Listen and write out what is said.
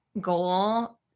goal